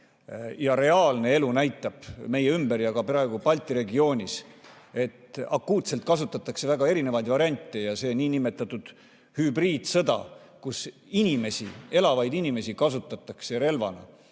ja reaalne elu näitab meie ümber ja ka praegu Balti regioonis, et akuutselt kasutatakse väga erinevaid variante. See nõndanimetatud hübriidsõda, kus inimesi, elavaid inimesi, kasutatakse relvana,